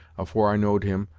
afore i know'd him,